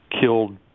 killed